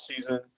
season